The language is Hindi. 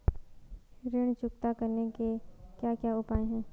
ऋण चुकता करने के क्या क्या उपाय हैं?